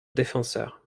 défenseur